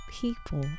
people